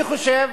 אני חושב,